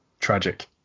tragic